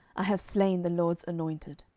i have slain the lord's anointed.